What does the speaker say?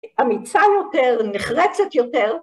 ‫אמיצה יותר, נחרצת יותר.